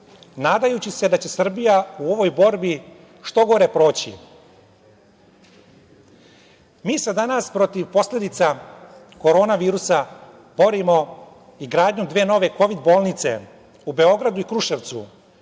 nadajući se da će Srbija u ovoj borbi što gore proći. Mi se danas protiv posledica korona virusa borimo izgradnjom dve nove Kovid bolnice u Beogradu i Kruševcu,